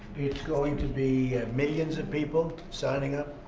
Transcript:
it's going to be millions of people signing up,